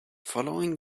following